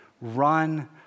Run